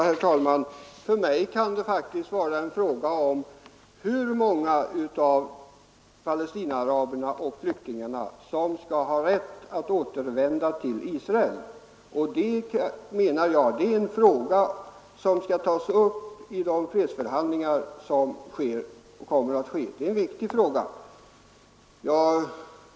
Herr talman! För mig kan det faktiskt vara en fråga om hur många av Palestinaaraberna och flyktingarna som skall ha rätt att återvända till Israel, och det är, menar jag, en fråga som skall tas upp vid de fredsförhandlingar som äger rum och kommer att äga rum. Det är en viktig fråga.